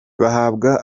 bahabwa